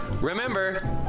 remember